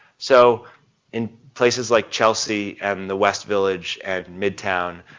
so in places like chelsea and the west village and midtown,